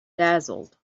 dazzled